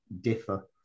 differ